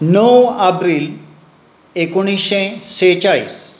णव आब्रिल एकोणिशें शेचाळीस